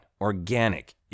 organic